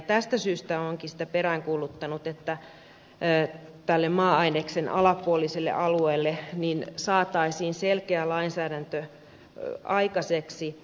tästä syystä olenkin sitten peräänkuuluttanut että tälle maa aineksen alapuoliselle alueelle saataisiin selkeä lainsäädäntö aikaiseksi